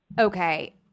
Okay